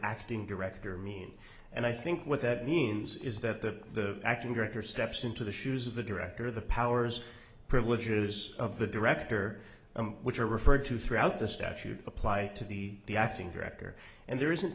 acting director mean and i think what that means is that the acting director steps into the shoes of the director the powers privileges of the director which are referred to throughout the statute apply to the the acting director and there isn't